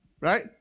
right